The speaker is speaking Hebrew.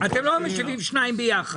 אתם לא משיבים שניים ביחד.